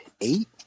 eight